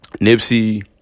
Nipsey